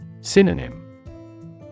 Synonym